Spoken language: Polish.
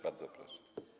Bardzo proszę.